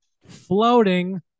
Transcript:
Floating